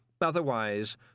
Otherwise